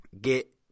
get